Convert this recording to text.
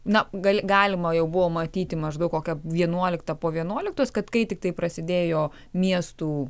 na gal galima jau buvo matyti maždaug kokią vienuoliktą po vienuoliktos kad kai tiktai prasidėjo miestų